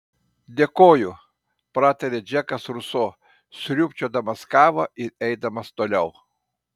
dėkoju pratarė džekas ruso sriūbčiodamas kavą ir eidamas toliau